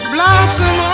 Blossom